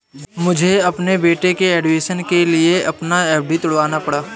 मुझे अपने बेटे के एडमिशन के लिए अपना एफ.डी तुड़वाना पड़ा